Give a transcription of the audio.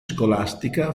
scolastica